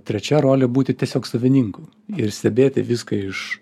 trečia rolė būti tiesiog savininku ir stebėti viską iš